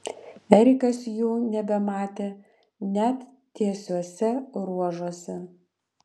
erikas jų nebematė net tiesiuose ruožuose